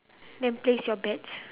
then place your bets